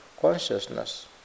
consciousness